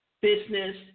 business